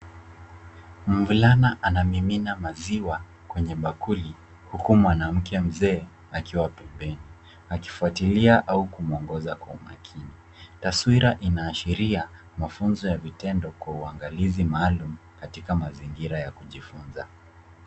Mvulana anamimina maziwa kwenye bakuli huku mwanamke mzee akiwa pembeni akifuatilia au kumwongoza kwa umakini. Taswira inaashiria mafunzo ya vitendo kwa uangalizi maalum katika mazingira ya kujifunza.